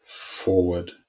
Forward